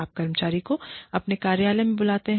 आप कर्मचारी को अपने कार्यालय में बुलाते हैं